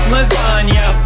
Lasagna